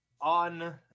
on